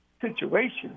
situation